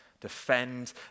Defend